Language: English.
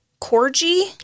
Corgi